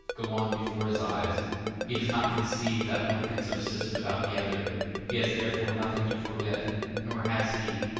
go on before his eyes he does not conceive that one can subsist without the other he has therefore nothing to forget nor has he,